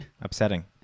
Upsetting